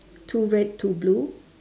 two red two blue